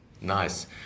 Nice